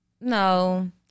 no